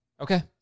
Okay